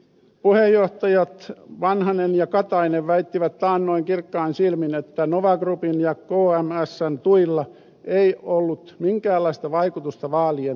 puheenjohtajat vanhanen ja katainen väittivät taannoin kirkkain silmin että nova groupin ja kmsn tuilla ei ollut minkäänlaista vaikutusta vaalien tulokseen